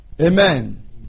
Amen